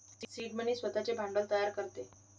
seed money स्वतःचे भांडवल तयार करतो